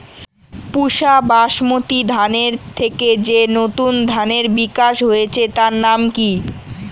পুসা বাসমতি ধানের থেকে যে নতুন ধানের বিকাশ হয়েছে তার নাম কি?